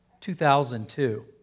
2002